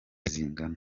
zingana